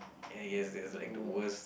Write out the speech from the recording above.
I guess that's like the worst